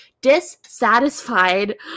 dissatisfied